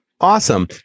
Awesome